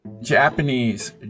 Japanese